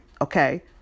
Okay